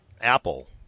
Apple